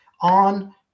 On